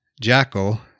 Jacko